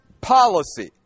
policy